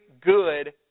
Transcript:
good